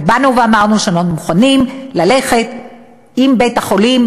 ואמרנו שאנחנו מוכנים ללכת עם בית-החולים,